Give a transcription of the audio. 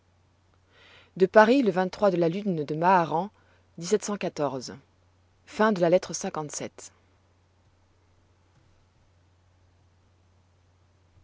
de paris le de la lune de ma lettre